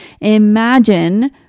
Imagine